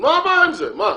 מה הבעיה עם זה, מה?